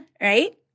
right